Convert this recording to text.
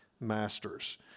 masters